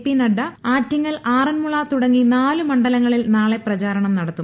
P Nadda Attingal Aranmula തുടങ്ങി നാല് മണ്ഡലങ്ങളിൽ നാളെ പ്രചാരണം നടത്തും